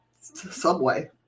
Subway